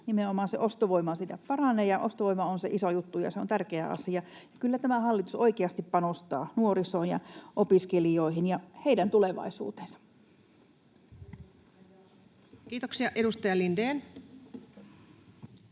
Nimenomaan se ostovoima siitä paranee, ja ostovoima on se iso juttu ja se on tärkeä asia. Kyllä tämä hallitus oikeasti panostaa nuorisoon ja opiskelijoihin ja heidän tulevaisuuteensa. Kiitoksia. — Edustaja Lindén.